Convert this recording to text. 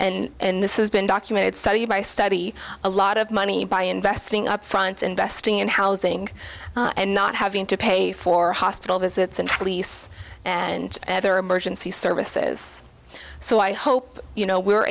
and this is been documented study by study a lot of money by investing upfront investing in housing and not having to pay for hospital visits and police and other emergency services so i hope you know we're